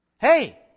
Hey